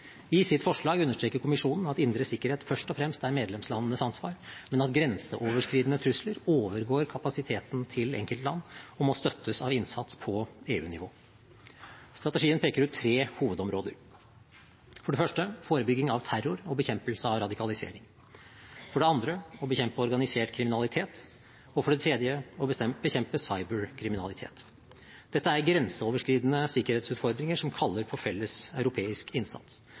I sitt forslag understreker kommisjonen at indre sikkerhet først og fremst er medlemslandenes ansvar, men at grenseoverskridende trusler overgår kapasiteten til enkeltland og må støttes av innsats på EU-nivå. Strategien peker ut tre hovedområder: for det første forebygging av terror og bekjempelse av radikalisering, for det andre bekjempelse av organisert kriminalitet, for det tredje bekjempelse av cyber-kriminalitet. Dette er grenseoverskridende sikkerhetsutfordringer som kaller på felles europeisk innsats.